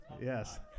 Yes